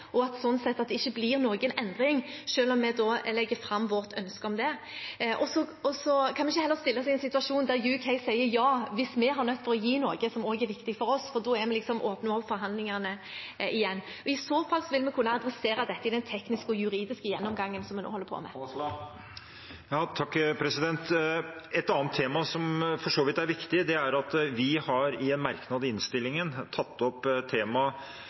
og at det sånn sett ikke blir noen endring, selv om vi legger fram vårt ønske om det. Vi kan heller ikke stille oss i en situasjon der Storbritannia sier ja hvis vi er nødt til å gi noe som også er viktig for oss, for da åpner forhandlingene opp igjen. I så fall vil vi kunne adressere dette i den tekniske og juridiske gjennomgangen vi nå holder på med. Et annet tema som for så vidt er viktig, er at vi i en merknad i innstillingen har tatt opp temaet